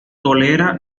tolera